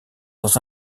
dans